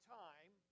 time